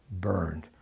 burned